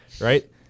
Right